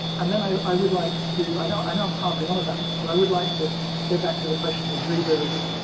and then i i would like to, i know i know i'm harping on about this but i would like to go back to the question of readers,